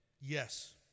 Yes